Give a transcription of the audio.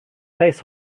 face